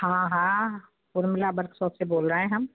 हाँ हाँ उर्मिला वर्कसॉप से बोल रहे हैं हम